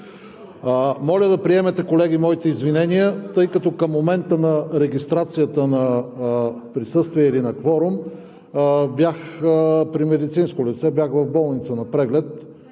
колеги, да приемете моите извинения, тъй като към момента на регистрацията за присъствие или на кворум, бях при медицинско лице, бях в болница на преглед.